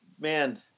man